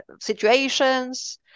situations